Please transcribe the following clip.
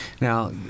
now